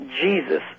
Jesus